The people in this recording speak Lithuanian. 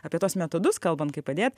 apie tuos metodus kalbant kaip padėt